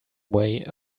way